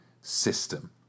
system